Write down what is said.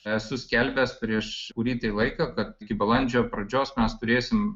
esu skelbęs prieš kurį tai laiką kad iki balandžio pradžios mes turėsim